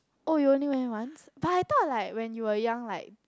oh you only went once but I thought like when you were young like